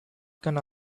gonna